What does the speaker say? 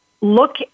look